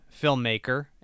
filmmaker